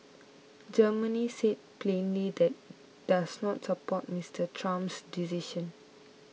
Germany said plainly that does not support Mr Trump's decision